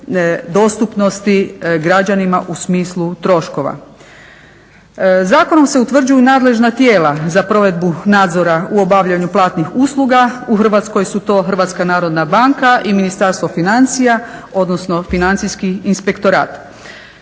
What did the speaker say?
U Hrvatskoj su to HNB i Ministarstvo financija, odnosno Financijski inspektorat.